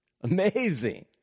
Amazing